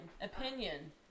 Opinion